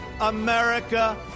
America